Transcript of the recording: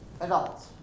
Adults